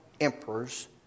emperors